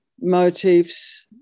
motifs